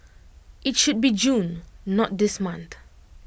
IT should be June not this month